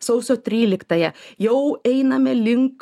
sausio tryliktąją jau einame link